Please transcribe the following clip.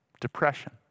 depression